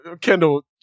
Kendall